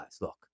look